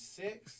six